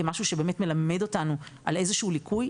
כמשהו שבאמת מלמד אותנו על איזה שהוא ליקוי,